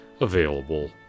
Available